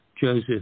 Joseph